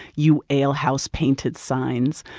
you alehouse-painted signs.